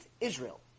Israel